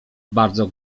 bardzo